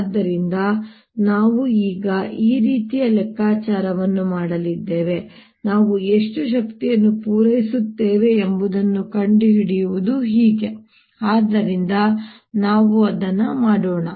ಆದ್ದರಿಂದ ನಾವು ಈಗ ಇದೇ ರೀತಿಯ ಲೆಕ್ಕಾಚಾರವನ್ನು ಮಾಡಲಿದ್ದೇವೆ ನಾವು ಎಷ್ಟು ಶಕ್ತಿಯನ್ನು ಪೂರೈಸುತ್ತೇವೆ ಎಂಬುದನ್ನು ಕಂಡುಹಿಡಿಯುವುದು ಹೇಗೆ ಆದ್ದರಿಂದ ನಾವು ಅದನ್ನು ಮಾಡೋಣ